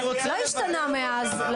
לא השתנה מאז.